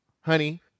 honey